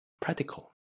practical